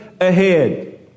ahead